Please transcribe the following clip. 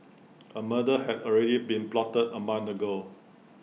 A murder had already been plotted A month ago